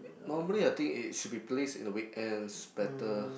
normally I think it should be placed in the weekends better